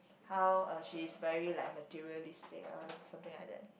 how uh she's very like materialistic or something like that